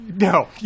no